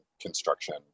construction